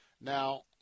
Now